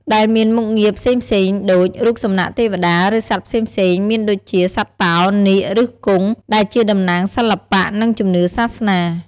ដែលមានមុខងារផ្សេងៗដូច រូបសំណាកទេវតា ឬសត្វផ្សេងៗ មានដូចជា សត្វតោ នាគ ឬគង់ ដែលជាតំណាងសិល្បៈ និងជំនឿសាសនា។